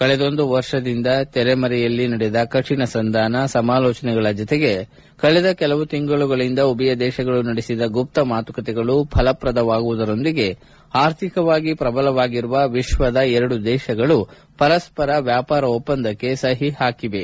ಕಳೆದೊಂದು ವರ್ಷದಿಂದ ತೆರೆಮರೆಯಲ್ಲಿ ನಡೆದ ಕಠಿಣ ಸಂಧಾನ ಸಮಾಲೋಚನೆಗಳ ಜತೆಗೆ ಕಳೆದ ಕೆಲವು ತಿಂಗಳುಗಳಿಂದ ಮಾತುಕತೆಗಳು ಫಲಪ್ರದವಾಗುವುದರೊಂದಿಗೆ ಆರ್ಥಿಕವಾಗಿ ಪ್ರಬಲವಾಗಿರುವ ವಿಶ್ವದ ಎರಡು ದೇಶಗಳು ಪರಸ್ಪರ ವ್ಯಾಪಾರ ಒಪ್ಪಂದಕ್ಕೆ ಸಹಿ ಹಾಕಿವೆ